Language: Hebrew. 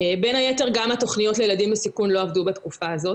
בין היתר גם התכניות לילדים בסיכון לא עבדו בתקופה הזאת,